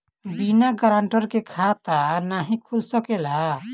बिना गारंटर के खाता नाहीं खुल सकेला?